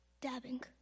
Dabbing